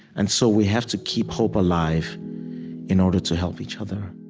and so we have to keep hope alive in order to help each other